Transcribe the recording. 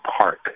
park